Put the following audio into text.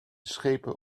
schepen